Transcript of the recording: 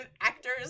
actors